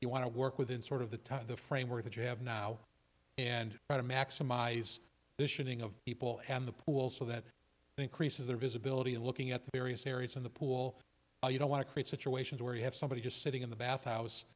you want to work within sort of the time the framework that you have now and try to maximize the shooting of people and the pool so that increases their visibility in looking at the various areas in the pool or you don't want to create situations where you have somebody just sitting in the bath